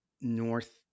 North